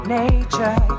nature